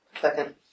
Second